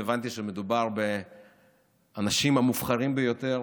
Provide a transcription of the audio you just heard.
הבנתי שמדובר באנשים המובחרים ביותר,